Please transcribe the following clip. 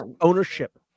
ownership